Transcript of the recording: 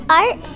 art